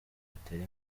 butere